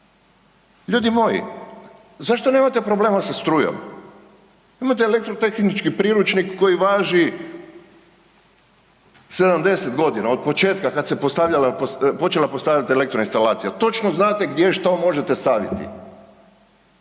Ljudi moji, zašto nemate problema sa strujom? Imate Elektrotehnički priručnik koji važi 70.g., od početka kad se postavljala, počela postavljat elektroinstalacija, točno znate gdje što možete staviti.